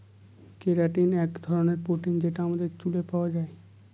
keratin এক ধরনের protein যেটা আমাদের চুলে পাওয়া যায়